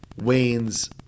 Waynes